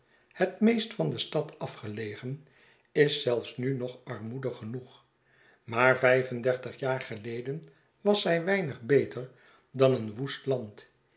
het meest van de stad afgelegen is zelfs nu nog armoedig genoeg maar vijf en dertig jaar geleden was zij weinig beter dan een woest land